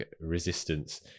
resistance